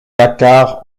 dakkar